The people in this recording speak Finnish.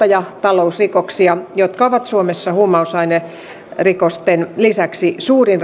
ja talousrikoksia jotka ovat suomessa huumausainerikosten lisäksi suurin